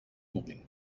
morning